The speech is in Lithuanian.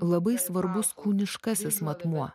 labai svarbus kūniškasis matmuo